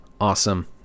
awesome